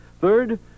Third